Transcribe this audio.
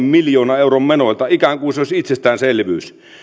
miljoonan euron menoilta ikään kuin ne olisivat itsestäänselvyys